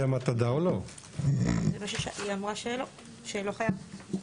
היא אמרה שלא, שלא חייב.